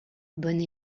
bonne